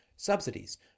subsidies